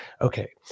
Okay